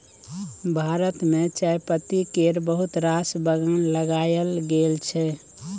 भारत मे चायपत्ती केर बहुत रास बगान लगाएल गेल छै